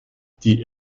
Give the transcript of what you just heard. die